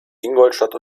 ingolstadt